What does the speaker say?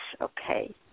Okay